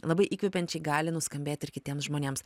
labai įkvepiančiai gali nuskambėti ir kitiem žmonėms